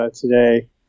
today